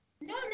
No